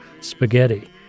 spaghetti